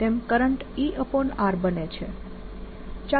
ચાલો હવે energy supply જોઈએ